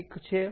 ઠીક છે